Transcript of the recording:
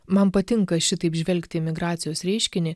man patinka šitaip žvelgti migracijos reiškinį